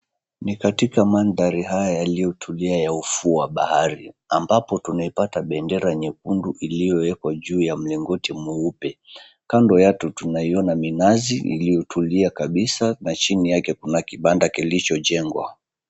Ni katika maandhari haya yaliyotulia ya ufuo wa bahari ambapo tunaipata bendera nyekundu iliyowekwa juu ya mlingoti mweupe, kando yake tunaiona minazi iliyotulia kabisa na chini yake kuna kibanda kilichojengwa.